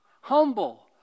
Humble